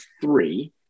three